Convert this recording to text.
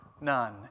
none